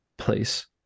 place